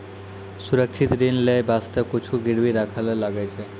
सुरक्षित ऋण लेय बासते कुछु गिरबी राखै ले लागै छै